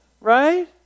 Right